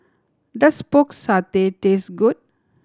does Pork Satay taste good